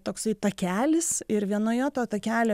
toksai takelis ir vienoje to takelio